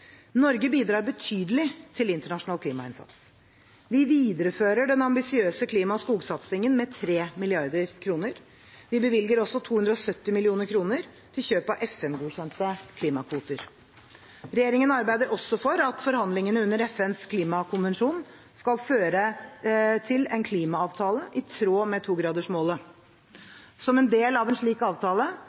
Norge bidrar betydelig til internasjonal klimainnsats. Vi viderefører den ambisiøse klima- og skogsatsingen med 3 mrd. kr. Vi bevilger også 270 mill. kr til kjøp av FN-godkjente klimakvoter. Regjeringen arbeider også for at forhandlingene under FNs klimakonvensjon skal føre til en klimaavtale i tråd med 2-gradersmålet. Som en del av slik avtale